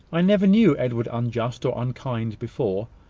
i never knew edward unjust or unkind before